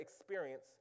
experience